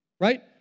Right